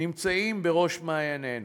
נמצאים בראש מעיינינו.